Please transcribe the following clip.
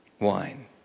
wine